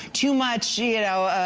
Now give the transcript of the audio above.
too much you know